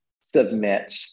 submit